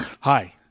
Hi